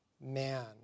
man